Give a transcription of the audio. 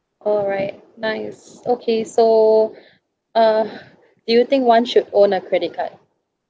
alright nice okay so uh do you think one should own a credit card